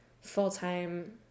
full-time